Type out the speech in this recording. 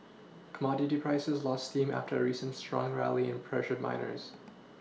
commodity prices lost steam after a recent strong rally and pressured miners